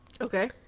Okay